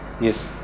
Yes